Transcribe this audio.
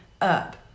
up